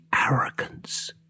arrogance